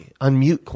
unmute